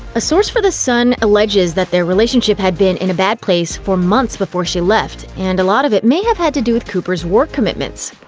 a source for the sun alleges that their relationship had been in a bad place for months before she left, and a lot of it may have had to do with cooper's work commitments.